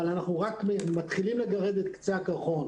אבל אנחנו רק מתחילים לגרד את קצה הקרחון.